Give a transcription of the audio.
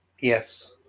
Yes